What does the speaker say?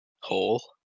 hole